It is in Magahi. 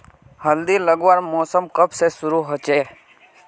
हल्दी लगवार मौसम कब से शुरू होचए?